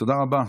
תודה רבה.